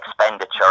expenditure